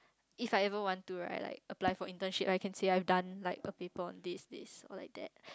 if I ever want to right like apply for internship I can say I've done like a paper on this this or like that